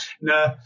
no